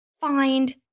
Find